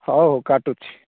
ହେଉ କାଟୁଛି